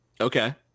Okay